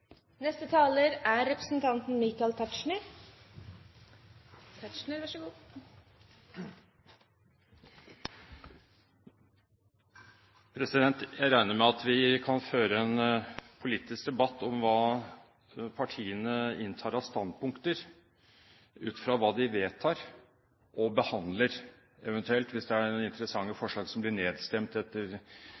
Jeg regner med at vi kan føre en politisk debatt om hva partiene inntar av standpunkter, ut fra hva de vedtar og behandler, eventuelt. Hvis det er noen interessante forslag som blir nedstemt etter